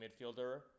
midfielder